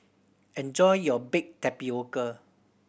enjoy your baked tapioca